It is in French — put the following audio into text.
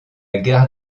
gare